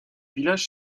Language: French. village